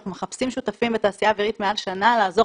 אנחנו מחפשים שותפים בתעשייה האווירית מעל שנה לעזור